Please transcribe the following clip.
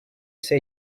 say